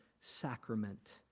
sacrament